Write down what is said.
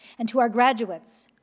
and to our graduates,